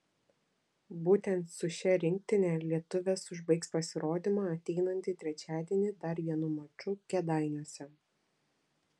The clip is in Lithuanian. būtent su šia rinktine lietuvės užbaigs pasirodymą ateinantį trečiadienį dar vienu maču kėdainiuose